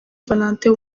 valentin